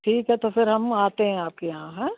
ठीक है तो फिर हम आते हैं आपके यहाँ हाँ